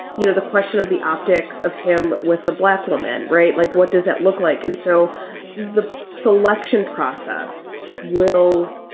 you know, the question of the optics of him with a black woman, right. like what does it look like? and so the selection process will